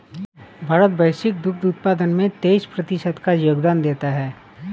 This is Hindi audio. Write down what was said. भारत वैश्विक दुग्ध उत्पादन में तेईस प्रतिशत का योगदान देता है